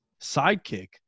sidekick